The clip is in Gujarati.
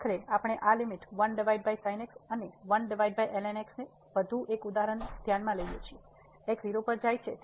આખરે આપણે આ લીમીટ 1sinx અને 1lnx નું વધુ એક ઉદાહરણ ધ્યાનમાં લઈએ છીએ x 0 પર જાય છે